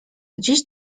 gdzieś